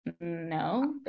no